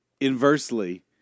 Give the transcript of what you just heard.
inversely